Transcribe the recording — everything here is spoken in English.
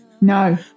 No